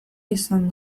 izan